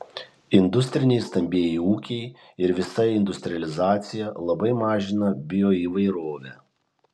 industriniai stambieji ūkiai ir visa industrializacija labai mažina bioįvairovę